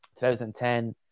2010